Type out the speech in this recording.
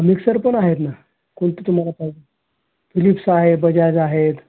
mixer पण आहेत ना कोणते तुम्हाला पा फिलिप्स आहे बजाज आहे त